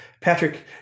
Patrick